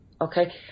Okay